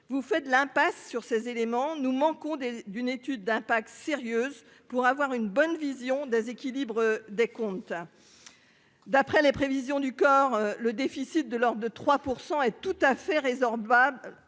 Vous faites l'impasse sur ces éléments nous manquons des d'une étude d'impact sérieuse pour avoir une bonne vision déséquilibre. Des comptes. D'après les prévisions du COR. Le déficit de l'ordre de 3% et tout à fait résorbable.